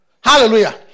Hallelujah